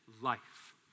life